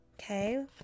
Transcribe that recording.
okay